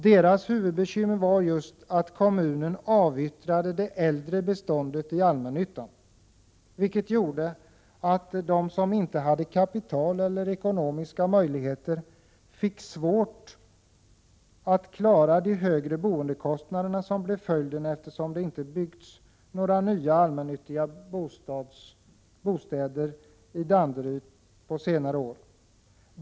Deras huvudbekymmer var just att kommunen avyttrade det äldre beståndet i allmännyttan, vilket gjorde att de som inte hade kapital eller ekonomisk möjlighet fick svårt att klara de högre boendekostnaderna som blev följden, eftersom det inte byggts några nya allmännyttiga bostäder i Danderyd på senare år.